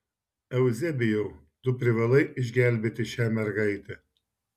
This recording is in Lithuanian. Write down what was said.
euzebijau tu privalai išgelbėti šią mergaitę